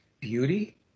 beauty